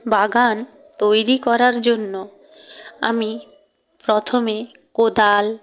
বাগান তৈরি করার জন্য আমি প্রথমে কোদাল